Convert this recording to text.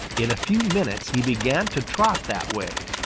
in a few minutes he began to trot that way.